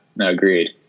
agreed